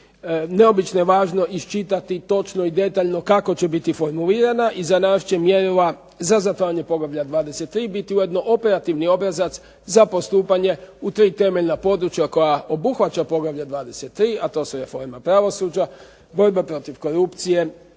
neobično je važno iščitati točno i detaljno kako će biti formuliranja i za nas će mjerila za zatvaranje Poglavlja 23. biti ujedno operativni obrazac za postupanje u 3 temeljna područja koja obuhvaća Poglavlja 23., a to su reforma pravosuđa, borba protiv korupcije